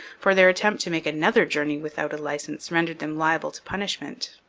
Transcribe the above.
for their attempt to make another journey without a licence rendered them liable to punishment.